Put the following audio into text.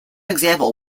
example